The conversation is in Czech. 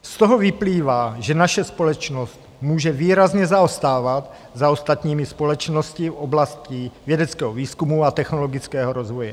Z toho vyplývá, že naše společnost může výrazně zaostávat za ostatními společnostmi v oblasti vědeckého výzkumu a technologického rozvoje.